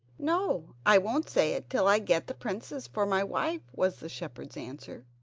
no, i won't say it till i get the princess for my wife was the shepherd's answer.